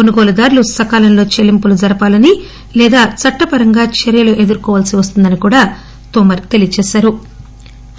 కొనుగోలుదార్లు సకాలంలో చెల్లింపులు జరపాలని లేదా చట్టపరంగా చర్యలు ఎదుర్కోవాలని తోమర్ చెప్పారు